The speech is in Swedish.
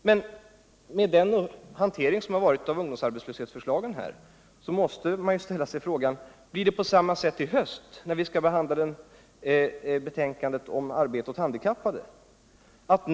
Mot bakgrund av det sätt på vilket man hanterat förslagen i fråga om ungdomsarbetslösheten, så måste man ställa sig frågan: Kommer betänkandet Arbete åt handikappade att möta samma behandling i höst när vi tar upp den frågan?